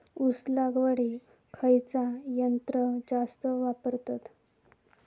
ऊस लावडीक खयचा यंत्र जास्त वापरतत?